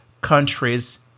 countries